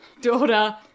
daughter